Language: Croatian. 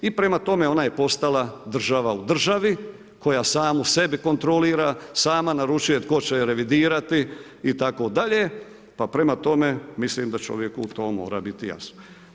I prema tome, ona je postala država u državi, koja samu sebi kontrolira, sama naručuje tko će ju revidirati itd. pa prema tome mislim da čovjeku to mora biti jasno.